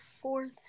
fourth